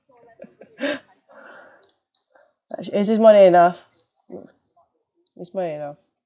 actually it's more than enough it's more than enough